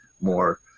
more